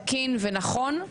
תקין ונכון,